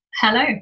Hello